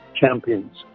champions